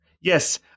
Yes